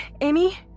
Amy